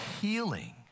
healing